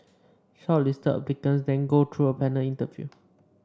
shortlisted applicants then go through a panel interview